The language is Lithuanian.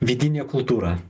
vidinė kultūra